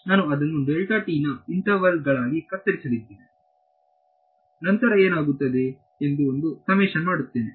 ನಾನು ಅದನ್ನು ನ ಇಂಟರ್ವಲ್ ಗಳಾಗಿ ಕತ್ತರಿಸಲಿದ್ದೇನೆ ಮತ್ತು ನಂತರ ಏನಾಗುತ್ತದೆ ಎಂದು ಒಂದು ಸಮೇಶನ್ ಮಾಡುತ್ತೇನೆ